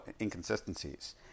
inconsistencies